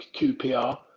QPR